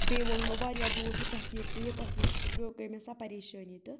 بیٚیہِ ووٚن یِمو واریاہ دوٗر ہُتَتھ یہِ ژٕ یوٚتَتھ یہِ ژٕ تہٕ پیوٚ گٔے مےٚ سۄ پریشٲنی تہٕ